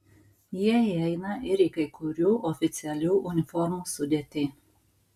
jie įeina ir į kai kurių oficialių uniformų sudėtį